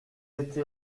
été